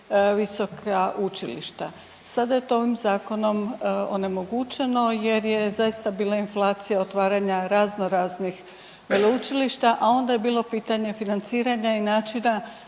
visoka učilišta, sada je to ovim zakonom onemogućeno jer je zaista bila inflacija otvaranja razno raznih veleučilišta, a onda je bilo pitanje financiranja i načina